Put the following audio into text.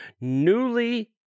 newly